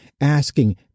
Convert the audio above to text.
asking